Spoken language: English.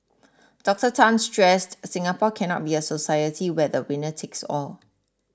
Doctor Tan stressed Singapore cannot be a society where the winner takes all